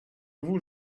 vous